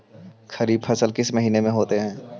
खरिफ फसल किस महीने में होते हैं?